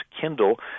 Kindle